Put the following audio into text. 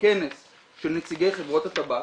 בכנס של נציגי חברות הטבק.